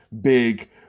big